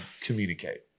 communicate